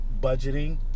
budgeting